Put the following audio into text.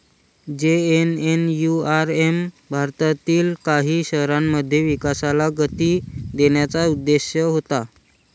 JNNURM भारतातील काही शहरांमध्ये विकासाला गती देण्याचा उद्देश होता